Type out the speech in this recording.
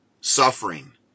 suffering